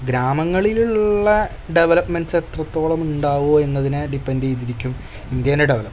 ഗ്രാമങ്ങളിലുള്ള ഡെവലപ്മെൻസ് എത്രത്തോളം ഉണ്ടാകുമോയെന്നതിനെ ഡിപ്പെൻഡ് ചെയ്തിരിക്കും ഇന്ത്യേൻ്റെ ഡവലപ്മെൻറ്റ്